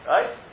Right